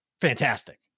fantastic